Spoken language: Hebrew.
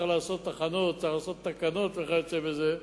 צריך לעשות הכנות, צריך לעשות תקנות, וכיוצא בזה,